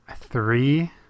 Three